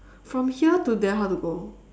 from here to there how to go